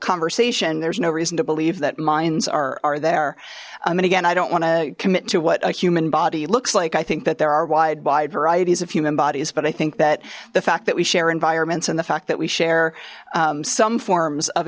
conversation there's no reason to believe that minds are there i mean again i don't want to commit to what a human body looks like i think that there are wide wide varieties of human bodies but i think that the fact that we share environments and the fact that we share some forms of